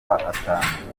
atanu